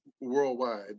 worldwide